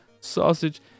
sausage